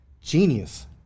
genius